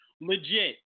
legit